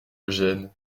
eugène